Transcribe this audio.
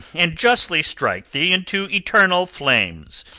and justly strike thee into eternal flames,